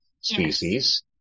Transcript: species